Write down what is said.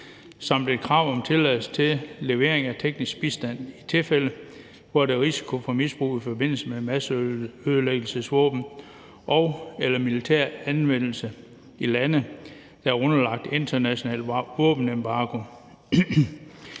samt et krav om tilladelse til levering af teknisk bistand i tilfælde, hvor der er risiko for misbrug i forbindelse med masseødelæggelsesvåben og/eller militær anvendelse i lande, der er underlagt international våbenembargo.